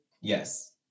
Yes